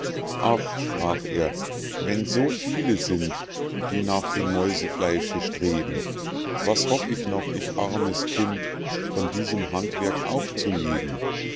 ach sprach er wenn so viele sind die nach dem mäusefleische streben was hoff ich noch ich armes kind von diesem handwerk auch zu leben